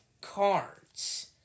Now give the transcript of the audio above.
cards